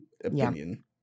opinion